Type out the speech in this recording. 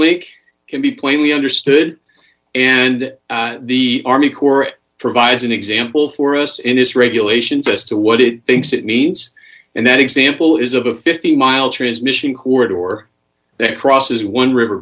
week can be plainly understood and the army corps it provides an example for us in this regulations as to what it thinks it needs and that example is of a fifty mile transmission cord or that crosses one river